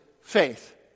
faith